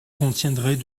contiendrait